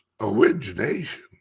Origination